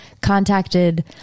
contacted